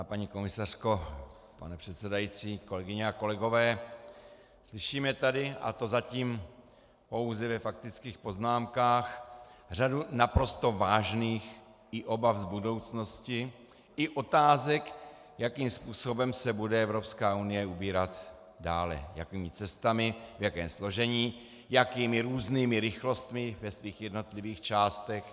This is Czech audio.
Vážená paní komisařko, pane předsedající, kolegyně a kolegové, slyšíme tady, a to pouze ve faktických poznámkách, řadu naprosto vážných obav z budoucnosti i otázek, jakým způsobem se bude Evropská unie ubírat dále, jakými cestami, v jakém složení, jakými různými rychlostmi ve svých jednotlivých částech.